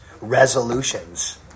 resolutions